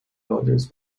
others